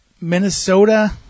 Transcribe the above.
Minnesota